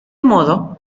modo